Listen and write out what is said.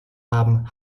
haben